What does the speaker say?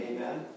Amen